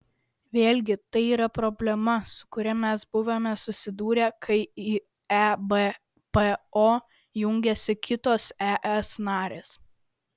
vėlgi tai yra problema su kuria mes buvome susidūrę kai į ebpo jungėsi kitos es narės